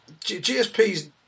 GSP's